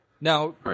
Now